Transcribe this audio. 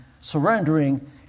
surrendering